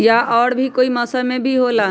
या और भी कोई मौसम मे भी होला?